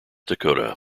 dakota